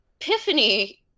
epiphany